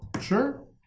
Sure